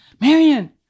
Marion